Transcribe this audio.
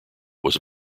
was